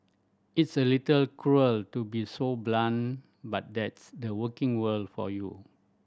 it's a little cruel to be so blunt but that's the working world for you